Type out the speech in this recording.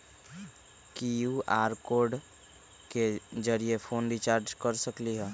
QR code के जरिय phone recharge कर सकली ह?